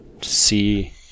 see